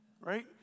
right